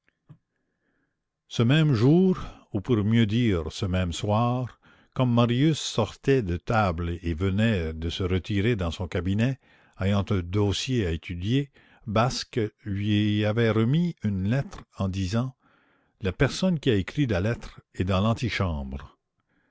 ce même jour ou pour mieux dire ce même soir comme marius sortait de table et venait de se retirer dans son cabinet ayant un dossier à étudier basque lui avait remis une lettre en disant la personne qui a écrit la lettre est dans l'antichambre